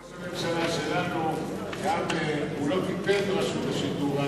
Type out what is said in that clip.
ראש הממשלה שלנו גם הוא לא טיפל ברשות השידור,